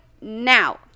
now